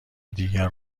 دیگر